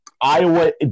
Iowa